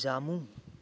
जामुं